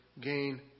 gain